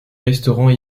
restaurants